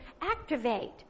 activate